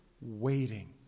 waiting